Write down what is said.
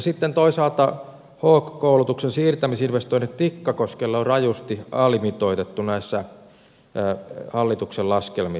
sitten toisaalta hawk koulutuksen siirtämisinvestoinnit tikkakoskelle on rajusti alimitoitettu näissä hallituksen laskelmissa